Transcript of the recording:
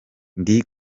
ndi